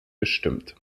gestimmt